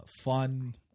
fun